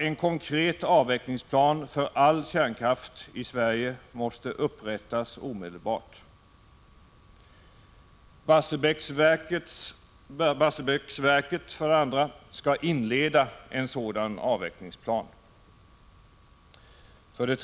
En konkret avvecklingsplan för all kärnkraft i Sverige måste upprättas av kärnkraftsolyckan i omedelbart.